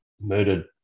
murdered